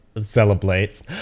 celebrates